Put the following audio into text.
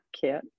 kit